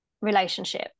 relationship